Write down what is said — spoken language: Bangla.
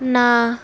না